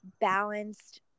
balanced